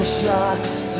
shocks